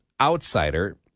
outsider